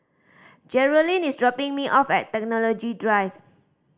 Jerrilyn is dropping me off at Technology Drive